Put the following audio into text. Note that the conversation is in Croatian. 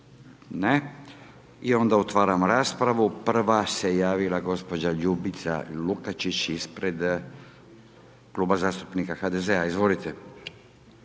Ne. I onda otvaram raspravu, prva se javila gospođa Ljubica Lukačić ispred Kluba zastupnika HDZ-a, izvolite.